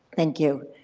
thank you.